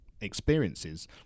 experiences